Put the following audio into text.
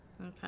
Okay